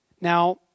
Now